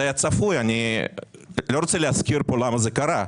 זה היה צפוי; אני לא רוצה להזכיר למה זה קרה,